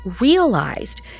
realized